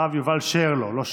הרב יובל שֶׁרְלוֹ לא שַׁרְלוֹ.